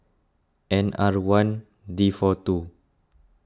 N R one D four two